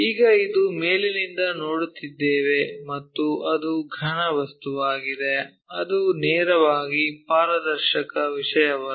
ಈಗ ಇದು ಮೇಲಿನಿಂದ ನೋಡುತ್ತಿದ್ದೇವೆ ಮತ್ತು ಅದು ಘನ ವಸ್ತುವಾಗಿದೆ ಅದು ನೇರವಾಗಿ ಪಾರದರ್ಶಕ ವಿಷಯವಲ್ಲ